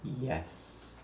yes